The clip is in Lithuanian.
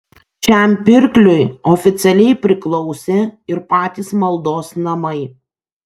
šiam pirkliui oficialiai priklausė ir patys maldos namai